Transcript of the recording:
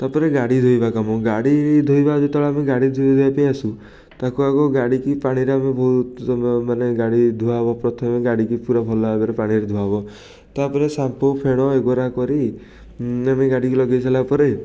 ତା'ପରେ ଗାଡ଼ି ଧୋଇବା କାମ ଗାଡ଼ି ଧୋଇବା ଯେତେବେଳେ ଆମେ ଗାଡ଼ି ଧୋଇବା ପାଇଁ ଆସୁ ତାକୁ ଆଗ ଗାଡ଼ିକି ପାଣିରେ ଆମେ ବହୁତ ସମୟ ମାନେ ଗାଡ଼ି ଧୁଆ ହବ ପ୍ରଥମେ ଗାଡ଼ିକି ପୂରା ଭଲ ଭାବରେ ପାଣିରେ ଧୁଆହବ ତା'ପରେ ସାମ୍ପୁ ଫେଣ ଏଗୁଡ଼ା କରି ଆମେ ଗାଡ଼ିକି ଲଗେଇ ସାରିଲା ପରେ